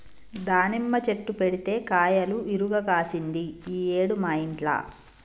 దానిమ్మ చెట్టు పెడితే కాయలు ఇరుగ కాశింది ఈ ఏడు మా ఇంట్ల